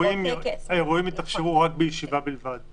אתם לא כותבים שהאירועים יתאפשרו בישיבה בלבד.